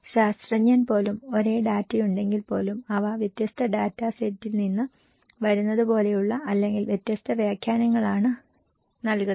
ശാസ്ത്രജ്ഞൻ പോലും ഒരേ ഡാറ്റയുണ്ടെങ്കിൽ പോലും അവ വ്യത്യസ്ത ഡാറ്റാ സെറ്റിൽ നിന്ന് വരുന്നതുപോലെയുള്ള അല്ലെങ്കിൽ വ്യത്യസ്ത വ്യാഖ്യാനങ്ങളാണ് നൽകുന്നത്